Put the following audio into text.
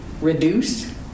reduce